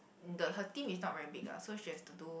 the her team is not very big ah so she has to do